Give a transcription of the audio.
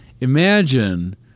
imagine